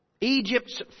Egypt's